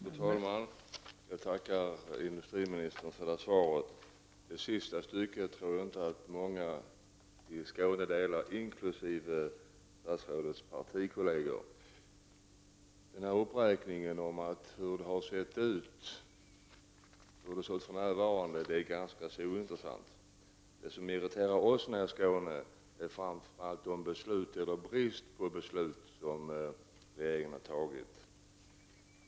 Fru talman! Jag tackar industriministern för svaret. Men jag tror inte att det är många i Skåne som delar den uppfattning som kommer till uttryck i slutet av svaret. Det gäller då också statsrådets partikolleger. Redogörelsen för hur det har sett ut och hur det ser ut för närvarande är ganska ointressant. Det som irriterar oss i Skåne är dock framför allt bristen på beslut från regeringens sida.